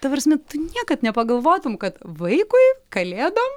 ta prasme niekad nepagalvotum kad vaikui kalėdom